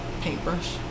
paintbrush